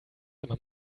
immer